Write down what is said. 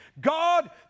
God